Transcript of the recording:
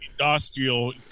Industrial